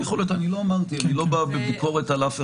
אני לא בא בביקורת על אף אחד.